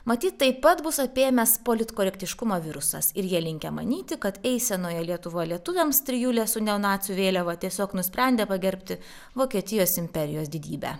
matyt taip pat bus apėmęs politkorektiškumo virusas ir jie linkę manyti kad eisenoje lietuva lietuviams trijulė su neonacių vėliava tiesiog nusprendė pagerbti vokietijos imperijos didybę